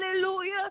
Hallelujah